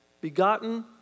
begotten